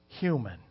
human